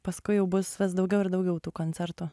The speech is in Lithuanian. paskui jau bus vis daugiau ir daugiau tų koncertų